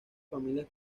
familias